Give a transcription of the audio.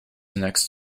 next